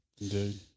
Indeed